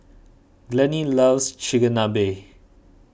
Glennie loves Chigenabe